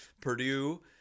Purdue